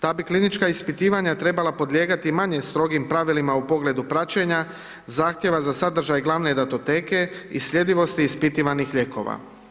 Za bi klinička ispitivanja trebala podlijegati manje strogim pravilima u pogledu praćenja, zahtjeva za sadržaj glavne datoteke i slijedivosti ispitivanih lijekova.